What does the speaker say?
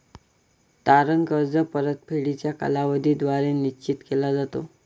तारण कर्ज परतफेडीचा कालावधी द्वारे निश्चित केला जातो